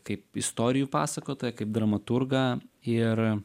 kaip istorijų pasakotoją kaip dramaturgą ir